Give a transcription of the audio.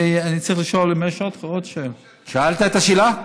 אני צריך לשאול אם יש עוד, שאלת את השאלה?